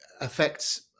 affects